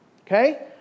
Okay